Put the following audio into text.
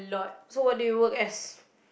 so what do you work as